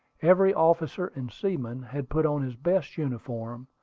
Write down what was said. every officer and seaman had put on his best uniform,